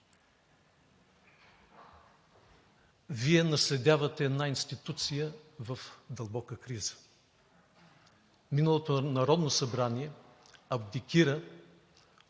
Вие наследявате една институция в дълбока криза. Миналото Народно събрание абдикира